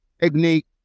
Technique